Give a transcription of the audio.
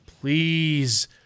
please